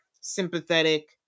sympathetic